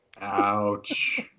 Ouch